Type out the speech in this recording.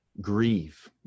grieve